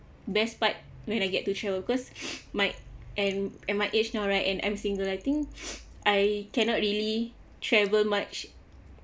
best part when I get to travel cause my and at my age now and I'm single I think I cannot really travel much